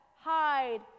hide